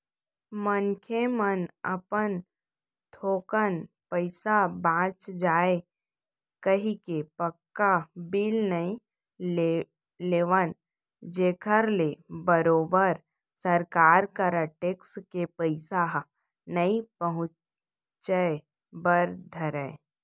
मनखे मन अपन थोकन पइसा बांच जाय कहिके पक्का बिल नइ लेवन जेखर ले बरोबर सरकार करा टेक्स के पइसा ह नइ पहुंचय बर धरय